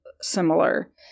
similar